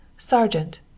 Sergeant